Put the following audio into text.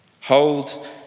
hold